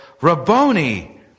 Rabboni